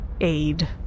aid